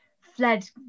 fled